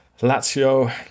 Lazio